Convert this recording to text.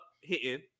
hitting